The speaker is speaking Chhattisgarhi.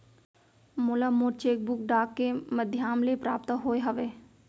मोला मोर चेक बुक डाक के मध्याम ले प्राप्त होय हवे